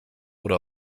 oder